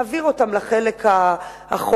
להעביר אותם לחלק האחורי,